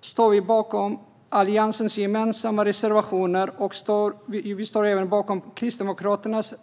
Vi står bakom Alliansens gemensamma reservationer och Kristdemokraternas